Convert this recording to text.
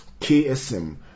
KSM